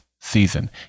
season